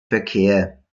verkehr